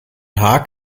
haag